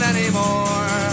Anymore